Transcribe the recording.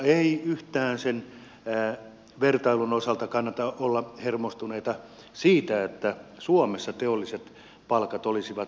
ei yhtään sen vertailun osalta kannata olla hermostunut siitä että suomessa teolliset palkat olisivat liian suuret